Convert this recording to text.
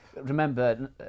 Remember